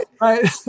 right